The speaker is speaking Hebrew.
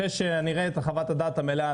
אחרי שנראה את חוות הדעת המלאה,